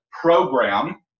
program